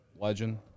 Legend